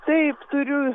taip turiu